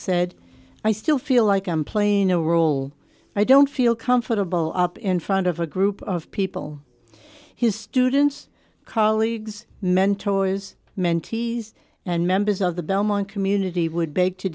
said i still feel like i'm playing a role i don't feel comfortable up in front of a group of people his students colleagues mentors mentees and members of the belmont community would beg to